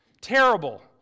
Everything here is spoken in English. Terrible